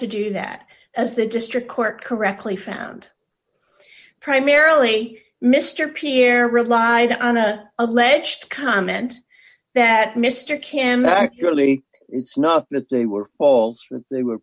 to do that as the district court correctly found primarily mr pierre relied on a alleged comment that mr kim actually it's not that they were false they were